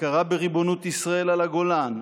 ההכרה בריבונות ישראל על הגולן,